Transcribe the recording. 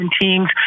teams